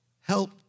help